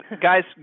guys